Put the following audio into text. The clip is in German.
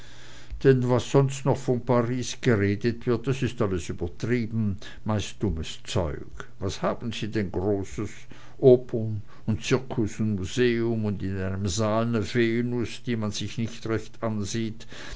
denn was sonst noch von paris geredet wird das ist alles übertrieben meist dummes zeug was haben sie denn großes opern und zirkus und museum und in einem saal ne venus die man sich nicht recht ansieht